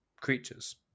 creatures